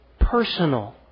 personal